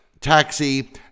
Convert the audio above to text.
taxi